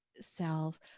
self